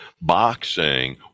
boxing